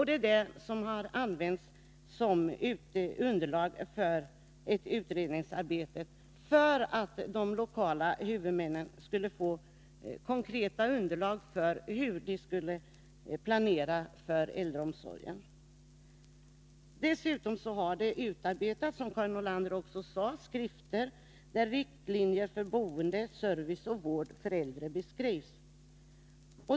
Den har legat till grund för ett utredningsarbete i syfte att ge de lokala huvudmännen ett konkret underlag för hur de skall planera för äldreomsorgen. Dessutom har skrifter utarbetats, som Karin Nordlander också sade, där riktlinjer för boende, service och vård för äldre beskrivs.